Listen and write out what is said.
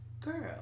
girl